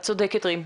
את צודקת רים.